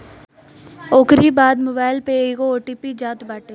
ओकरी बाद मोबाईल पे एगो ओ.टी.पी जात बाटे